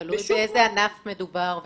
תלוי באיזה ענף מדובר,